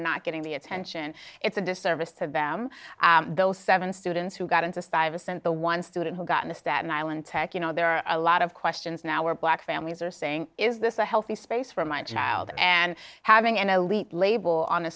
not getting the attention it's a disservice to them those seven students who got into stuyvesant the one student who got in a staten island tac you know there are a lot of questions now where black families are saying is this a healthy space for my child and having an elite label on a